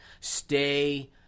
stay